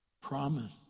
Promise